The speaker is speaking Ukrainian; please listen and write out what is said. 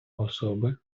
особи